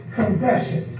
confession